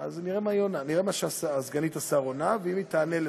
שמח שיושב-ראש הקואליציה וסגנית השר עושים מאמצים לעזור